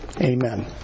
Amen